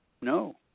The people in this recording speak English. no